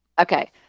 Okay